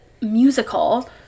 musical –